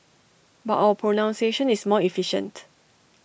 but our pronunciation is more efficient